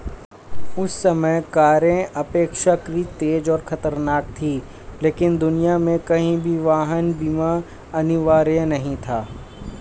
उस समय कारें अपेक्षाकृत तेज और खतरनाक थीं, लेकिन दुनिया में कहीं भी वाहन बीमा अनिवार्य नहीं था